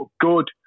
good